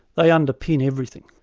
they underpin everything.